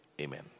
Amen